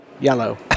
Yellow